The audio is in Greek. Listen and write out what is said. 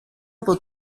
από